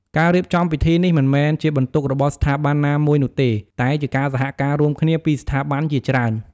ការរៀបចំពិធីនេះមិនមែនជាបន្ទុករបស់ស្ថាប័នណាមួយនោះទេ តែជាការសហការរួមគ្នាពីស្ថាប័នជាច្រើន។